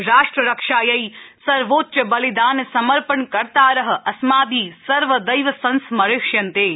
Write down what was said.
राष्ट्ररक्षायै सर्वोच्चबलिदानसमर्पणकर्तार अस्माभि सर्वदैव संस्मरिष्यन्ते इति